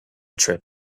trip